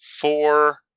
Four